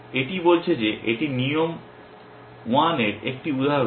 এটি বলছে যে এটি নিয়ম 1 এর একটি উদাহরণ